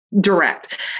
direct